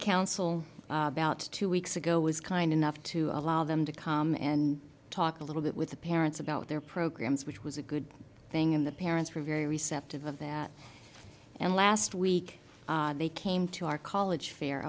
council about two weeks ago was kind enough to allow them to come and talk a little bit with the parents about their programs which was a good thing and the parents were very receptive of that and last week they came to our college fair